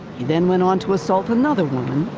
he then went on to assault another woman,